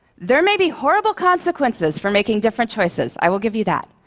there may be horrible consequences for making different choices, i will give you that.